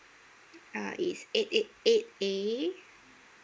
ah it's eight eight eight A